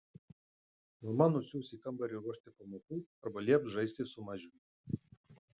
mama nusiųs į kambarį ruošti pamokų arba lieps žaisti su mažiumi